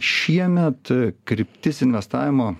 šiemet kryptis investavimo